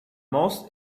most